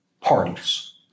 parties